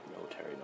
military